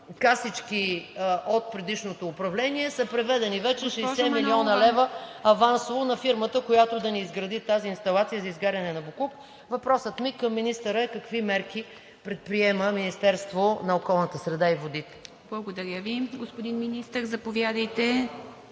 от предишното управление, са преведени вече 60 млн. лв. авансово на фирмата, която да изгради тази инсталация за изгаряне на боклук. Въпросът ми към министъра е: какви мерки предприема Министерството на околната среда и водите? ПРЕДСЕДАТЕЛ ИВА МИТЕВА: Благодаря Ви. Господин Министър, заповядайте